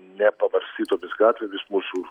nepabarstytomis gatvėmis mūsų